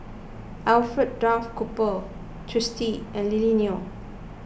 Alfred Duff Cooper Twisstii and Lily Neo